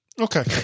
Okay